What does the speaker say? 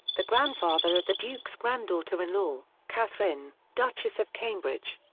the grandfather of the duke's granddaughter-in-law, catherine, duchess of cambridge.